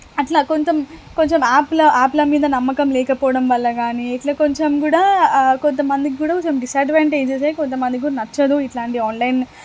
అట్లా కొంత కొంచెం యాప్ల యాప్ల మీద నమ్మకం లేకపోవడం వల్ల గానీ ఇట్ల కొంచెం కూడా కొంతమందిక్కూడా కొంచెం డిసడ్వాన్టెజసే కొంతమందిక్కూడా నచ్చదు ఇట్లాంటిది ఆన్లైన్